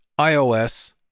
iOS